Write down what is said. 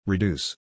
Reduce